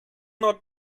not